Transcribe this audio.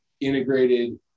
integrated